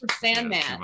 Sandman